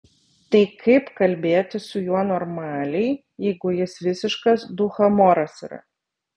tai kaip kalbėtis su juo normaliai jeigu jis visiškas dūchamoras yra